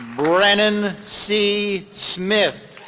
brennan c. smith.